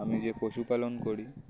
আমি যে পশুপালন করি